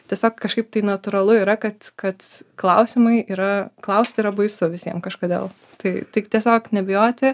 tiesiog kažkaip tai natūralu yra kad kad klausimai yra klaust yra baisu visiem kažkodėl tai tik tiesiog nebijoti